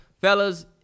fellas